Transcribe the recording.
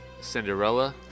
cinderella